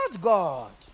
God